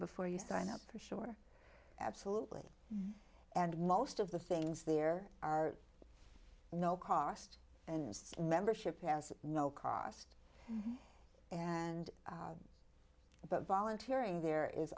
before you sign up for sure absolutely and most of the things there are no cost membership has no cost and but volunteering there is